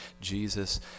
Jesus